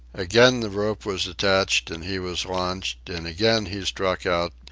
again the rope was attached and he was launched, and again he struck out,